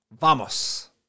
vamos